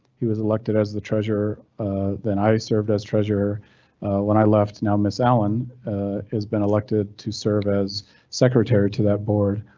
he was elected as the treasure then i served as treasurer when i left now, ms allan has been elected to serve as secretary to that board.